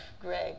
Greg